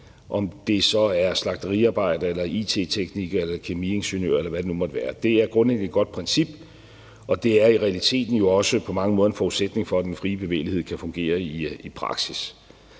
om det så er slagteriarbejdere, it-teknikere eller kemiingeniører, eller hvad det nu måtte være. Det er grundlæggende et godt princip, og det er i realiteten jo også på mange måder en forudsætning for, at den fri bevægelighed kan fungere i praksis.